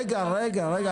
רגע, רגע.